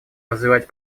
развивать